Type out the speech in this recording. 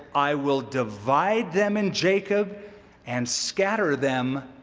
i will divide them in jacob and scatter them